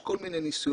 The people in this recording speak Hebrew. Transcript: יש כל מיני ניסיונות,